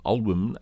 Album